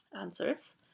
answers